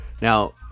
now